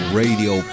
radio